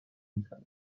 میزنه